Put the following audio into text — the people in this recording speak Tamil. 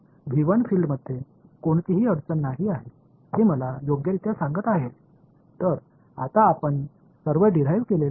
எனவே இப்போது எல்லா வழித்தோன்றல்களையும் நாங்கள் செய்துள்ளோம் இப்போது இறுதி வடிவத்தை வைத்து எழுதலாம்